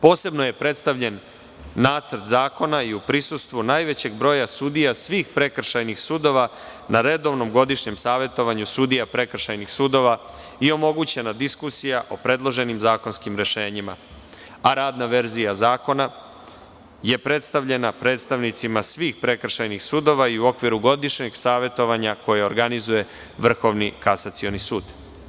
Posebno je predstavljen Nacrt zakona i u prisustvu najvećeg broja sudija svih prekršajnih sudija na redovnom godišnjem savetovanju sudija prekršajnih sudova i omogućena je diskusija o predloženim zakonskim rešenjima, a radna verzija zakona je predstavljena predstavnicima svih prekršajnih sudova i u okviru godišnjeg savetovanja koje organizuje Vrhovni kasacioni sud.